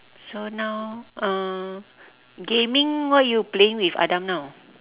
so now uh gaming what you playing with adam now